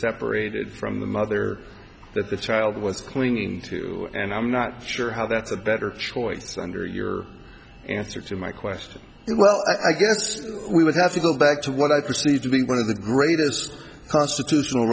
separated from the mother that the child was clinging to and i'm not sure how that's a better choice under your answer to my question well i guess we would have to go back to what i perceive to be one of the greatest constitutional